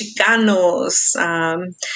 Chicanos